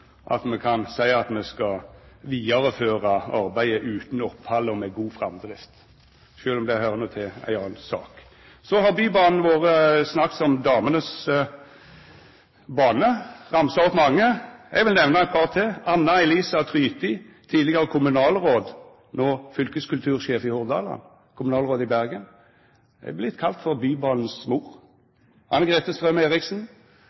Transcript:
me vidareføra arbeidet utan opphald og med god framdrift – sjølv om det høyrer til ei anna sak. Så har Bybanen vore nemnd som «damenes bane». Det er ramsa opp mange damer, og eg vil nemna eit par til. Anna Elisa Tryti, tidlegare kommunalråd i Bergen, no fylkeskultursjef i Hordaland, er vorten kalla Bybanens mor. Anne-Grete Strøm-Erichsen har gjort utruleg mykje for